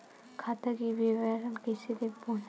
खाता के विवरण कइसे देखबो?